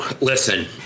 Listen